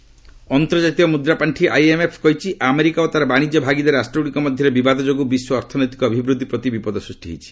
IMF ଅନ୍ତର୍ଜାତୀୟ ମୂଦ୍ରା ପାର୍ଷି ଆଇଏମ୍ଏଫ୍ କହିଛି ଆମେରିକା ଓ ତାର ବାଣିଜ୍ୟ ଭାଗିଦାରୀ ରାଷ୍ଟ୍ରଗୁଡ଼ିକ ମଧ୍ୟରେ ବିବାଦ ଯୋଗୁଁ ବିଶ୍ୱ ଅର୍ଥନୈତିକ ଅଭିବୃଦ୍ଧି ପ୍ରତି ବିପଦ ବୃଦ୍ଧି ପାଉଛି